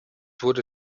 wurde